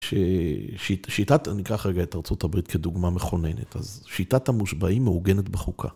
ש...שיטת, אני אקח רגע את ארה״ב כדוגמה מכוננת, אז שיטת המושבעים מאוגנת בחוקה.